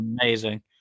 amazing